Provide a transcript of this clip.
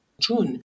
June